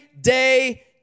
day